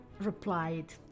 replied